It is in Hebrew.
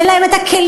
אין להם הכלים,